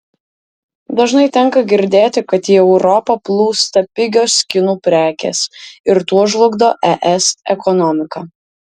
dažnai tenka girdėti kad į europą plūsta pigios kinų prekės ir tuo žlugdo es ekonomiką